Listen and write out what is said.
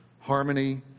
harmony